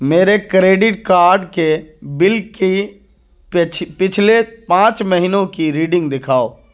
میرے credit card کے bill کی پچھلے پانچ مہینوں کی ریڈنگ دکھاؤ